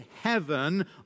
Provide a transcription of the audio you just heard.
heaven